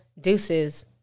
Deuces